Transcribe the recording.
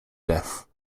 theft